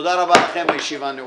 תודה רבה, הישיבה נעולה.